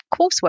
coursework